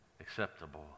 acceptable